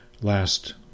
last